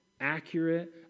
accurate